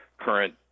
current